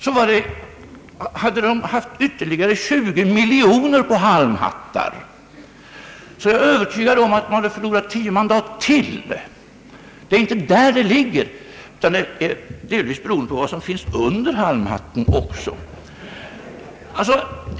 Hade man lagt ned ytterligare 20 miljoner på halmhattar så är jag övertygad om att man hade förlorat tio mandat till! Valresultatet beror delvis också på vad som finns under halmhatten.